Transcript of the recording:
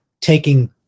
taking